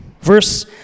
Verse